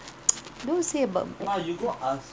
don't say about that